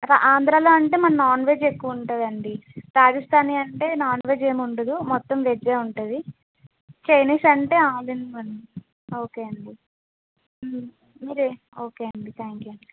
ఆంధ్రాలో అంటే మన నాన్ వెజ్ ఎక్కువ ఉంటుందండి రాజస్థానీ అంటే నాన్ వెజ్ ఏముండదు మొత్తం వెజ్జే ఉంటుంది చైనీస్ అంటే ఆల్ ఇన్ వన్ ఓకే అండి ఓకే అండి థ్యాంక్ యూ